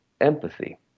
empathy